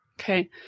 Okay